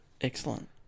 Excellent